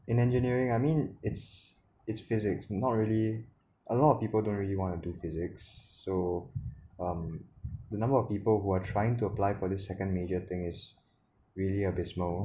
in engineering I mean it's it's physics not really a lot of people don't really want to do physics so um the number of people who are trying to apply for this second major thing is really abysmal